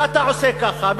ואתה עושה ככה,